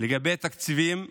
לגבי תקציבים